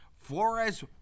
Flores